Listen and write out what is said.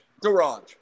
Garage